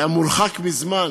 היה מורחק מזמן.